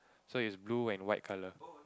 so it's blue and white colour